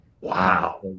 Wow